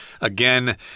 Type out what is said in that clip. Again